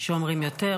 שאומרים יותר.